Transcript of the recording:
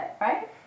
right